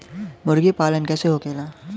मुर्गी पालन कैसे होखेला?